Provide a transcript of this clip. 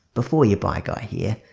before you buy guy here.